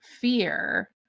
fear